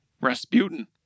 Rasputin